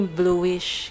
bluish